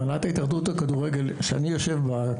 הנהלת ההתאחדות לכדורגל שאני יושב בה,